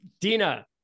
dina